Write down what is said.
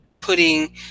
putting